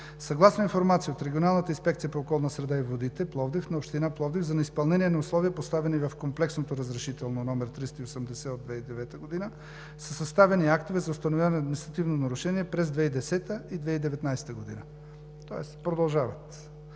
Съгласно информация от Регионалната инспекция по околната среда и водите – Пловдив, на Община Пловдив за неизпълнение на условия, поставени в Комплексното разрешително № 380 от 2009 г., са съставени актове за установяване на административно нарушение през 2010 г. и 2019 г., тоест продължават.